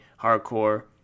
hardcore